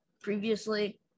previously